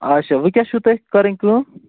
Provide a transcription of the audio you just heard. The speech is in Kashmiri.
آچھا وٕکٮ۪س چھِو تۄہہِ کَرٕنۍ کٲم